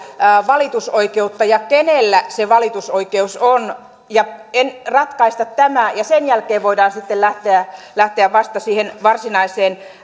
valitusoikeutta ja kenellä se valitusoikeus on ja ratkaista tämä ja sen jälkeen voidaan sitten lähteä lähteä vasta siihen varsinaiseen